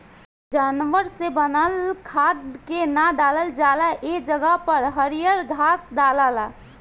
जानवर से बनल खाद के ना डालल जाला ए जगह पर हरियर घास डलाला